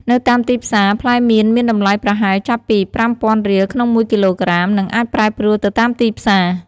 នៅតាមទីផ្សារផ្លែមៀន មានតម្លៃប្រហែលចាប់ពីប្រាំំពាន់រៀលក្នុងមួយគីឡូក្រាម និងអាចប្រែប្រួលទៅតាមទីផ្សារ។